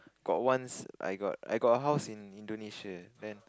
got once I got I got a house in Indonesia then